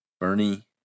Bernie